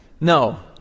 No